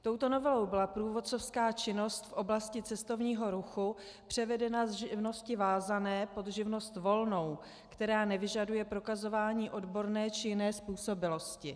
Touto novelou byla průvodcovská činnost v oblasti cestovního ruchu převedena z živnosti vázané pod živnost volnou, která nevyžaduje prokazování odborné či jiné způsobilosti.